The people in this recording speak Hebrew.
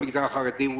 במגזר החרדי,